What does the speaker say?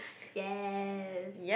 yes